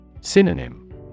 Synonym